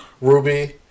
Ruby